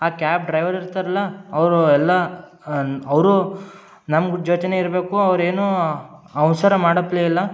ಆ cab driver ಇರ್ತಾರಲ್ಲ ಅವರು ಎಲ್ಲ ಅನ್ ಅವರು ನಮ್ಗೆ ಜೊತೆಯೇ ಇರಬೇಕು ಅವ್ರು ಏನು ಅವಸರ ಮಾಡಪ್ಲೆ ಇಲ್ಲ